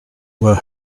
were